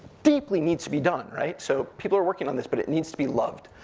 deeply needs to be done, right? so people are working on this, but it needs to be loved.